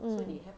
mm